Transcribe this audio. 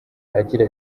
agira